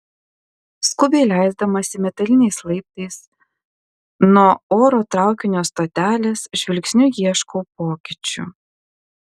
skubiai leisdamasi metaliniais laiptais nuo oro traukinio stotelės žvilgsniu ieškau pokyčių